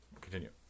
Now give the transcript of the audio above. continue